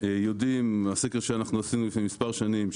מהסקר שעשינו לפני מספר שנים,